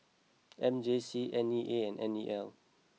M J C N E A and N E L